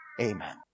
Amen